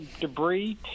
debris